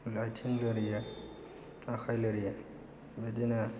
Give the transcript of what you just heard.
आथिं लोरियो आखाइ लोरियो बिदिनो